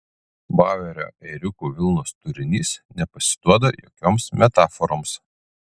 bauerio ėriukų vilnos turinys nepasiduoda jokioms metaforoms